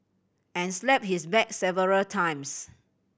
and slapped his back several times